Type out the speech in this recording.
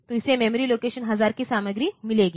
तो इसे memory location 1000 की सामग्री मिलेगी